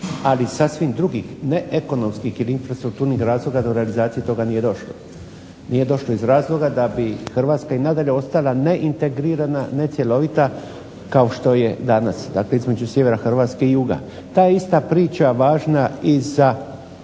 Ali sasvim drugih ne ekonomskih ili infrastrukturnih razloga da do realizacije toga nije došlo. Nije došlo iz razloga da bi Hrvatska i nadalje ostala neintegrirana, necjelovita kao što je danas, dakle između sjevera Hrvatske i juga. Ta ista priča je važna i za